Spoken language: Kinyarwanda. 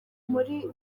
muri